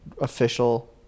official